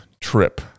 trip